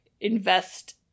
invest